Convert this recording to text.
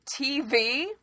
TV